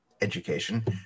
education